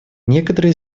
некоторые